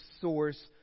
source